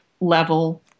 level